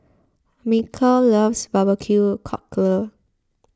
Michel loves BBQ Cockle